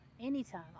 anytime